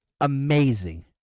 amazing